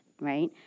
right